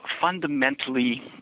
fundamentally